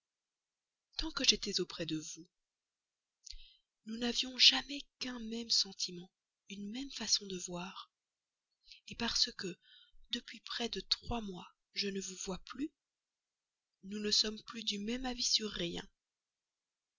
tant que j'étais auprès de vous nous n'avions jamais qu'un même sentiment une même façon de voir parce que depuis près de trois mois je ne vous vois plus nous ne sommes plus de même avis sur rien